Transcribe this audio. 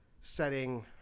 setting